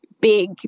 big